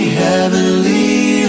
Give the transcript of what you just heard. heavenly